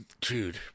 dude